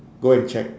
go and check